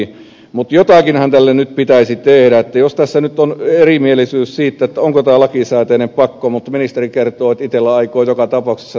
mutta jotakinhan tälle nyt pitäisi tehdä jos tässä nyt on erimielisyys siitä onko tämä lakisääteinen pakko mutta ministeri kertoo että itella aikoo joka tapauksessa näin tehdä